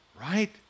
right